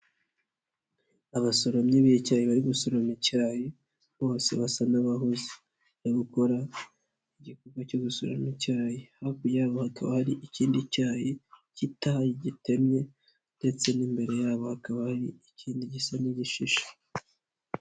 Abasoromyi b'icyayi bari gusoroma icyayi bose basa n'abahuze, bari gukora igikorwa cyo gusoroma icyayi, hakurya y'abo hakaba hari ikindi cyayi gito gitemye ndetse n'imbere yabo hakaba hari ikindi gisa n'igishishe.